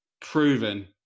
proven